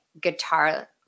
guitar –